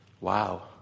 Wow